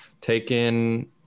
taken